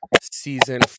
season